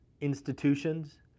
institutions